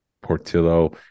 Portillo